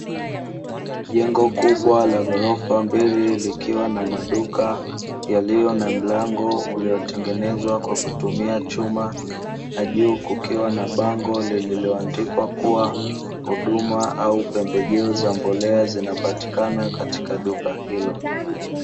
Jengo kubwa la ghorofa mbele likiwa na maduka yaliyo na mlango, uliotengenezwa kwa kutumia chuma na juu, lililoandikwa huduma au pembejeo za mbolea zinapatikana katika eneo hilo.